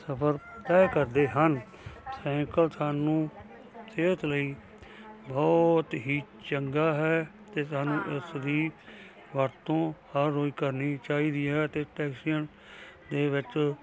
ਸਫ਼ਰ ਤੈਅ ਕਰਦੇ ਹਨ ਸੈਕਲ ਸਾਨੂੰ ਸਿਹਤ ਲਈ ਬਹੁਤ ਹੀ ਚੰਗਾ ਹੈ ਅਤੇ ਸਾਨੂੰ ਇਸਦੀ ਵਰਤੋਂ ਹਰ ਰੋਜ਼ ਕਰਨੀ ਚਾਹੀਦੀ ਹੈ ਅਤੇ ਟੈਕਸੀਆਂ ਦੇ ਵਿੱਚ